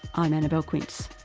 i'm annabelle quince